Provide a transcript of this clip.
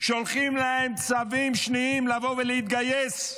שולחים להם צווים שניים לבוא ולהתגייס.